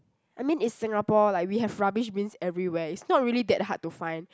I mean in Singapore like we have rubbish bins everywhere it's not really that hard to find